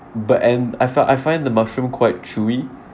but and I felt I find the mushroom quite chewy